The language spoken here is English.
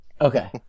Okay